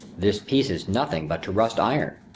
this peace is nothing but to rust iron,